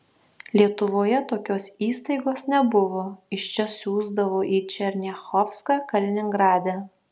lietuvoje tokios įstaigos nebuvo iš čia siųsdavo į černiachovską kaliningrade